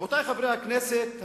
רבותי חברי הכנסת,